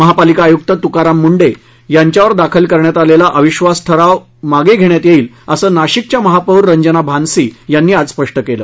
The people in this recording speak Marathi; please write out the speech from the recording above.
महापालिका आयुक्त तुकाराम मुंढे यांच्यावर दाखल करण्यात आलेला अविधास ठराव मागे घेण्यात येईल असं नाशिकच्या महापौर रंजना भानसी यांनी आज स्पष्ट केलं